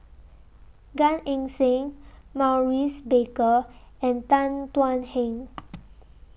Gan Eng Seng Maurice Baker and Tan Thuan Heng